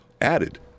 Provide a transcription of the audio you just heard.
added